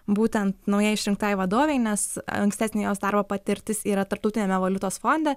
būtent naujai išrinktai vadovei nes ankstesnė jos darbo patirtis yra tarptautiniame valiutos fonde